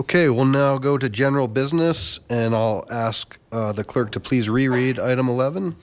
okay well now go to general business and i'll ask the clerk to please reread item eleven